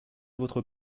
votre